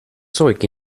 zeug